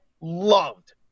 loved